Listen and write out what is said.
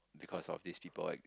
because of these people I